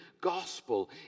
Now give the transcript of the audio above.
gospel